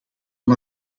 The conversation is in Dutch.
aan